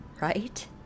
right